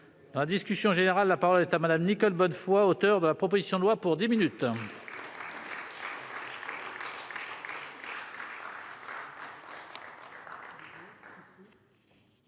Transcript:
Dans la discussion générale, la parole est à Nicole Bonnefoy, auteure de la proposition de loi constitutionnelle.